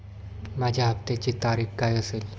माझ्या हप्त्याची तारीख काय असेल?